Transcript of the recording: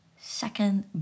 second